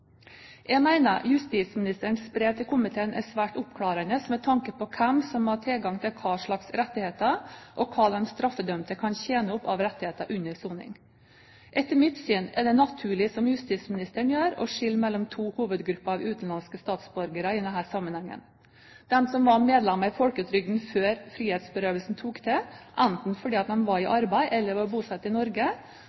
Jeg mener justisministerens brev til komiteen er svært oppklarende med tanke på hvem som har tilgang til hvilke rettigheter, og hva de straffedømte kan tjene opp av rettigheter under soning. Etter mitt syn er det naturlig, som justisministeren gjør, å skille mellom to hovedgrupper av utenlandske statsborgere i denne sammenhengen: De som var medlemmer i folketrygden før frihetsberøvelsen tok til, enten fordi de var i